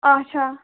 آچھا